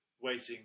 waiting